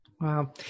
Wow